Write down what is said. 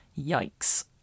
Yikes